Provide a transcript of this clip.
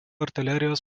artilerijos